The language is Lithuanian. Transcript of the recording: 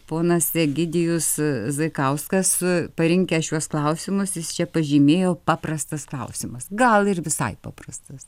ponas egidijus zaikauskas parinkęs šiuos klausimus jis čia pažymėjo paprastas klausimas gal ir visai paprastas